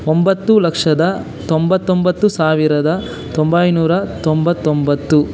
ಒಂಬತ್ತು ಲಕ್ಷದ ತೊಂಬತ್ತೊಂಬತ್ತು ಸಾವಿರದ ಒಂಬೈನೂರ ತೊಂಬತ್ತೊಂಬತ್ತು